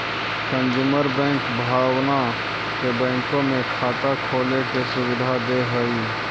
consumer bank भावना के बैंकों में खाता खोले के सुविधा दे हइ